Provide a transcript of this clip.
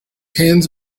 hands